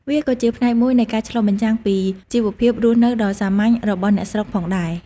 វាក៏ជាផ្នែកមួយនៃការឆ្លុះបញ្ចាំងពីជីវភាពរស់នៅដ៏សាមញ្ញរបស់អ្នកស្រុកផងដែរ។